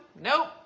Nope